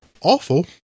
awful